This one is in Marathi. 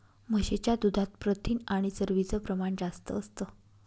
म्हशीच्या दुधात प्रथिन आणि चरबीच प्रमाण जास्त असतं